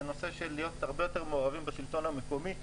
זה להיות הרבה יותר מעורבים בשלטון המקומי.